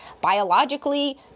biologically